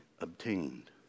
obtained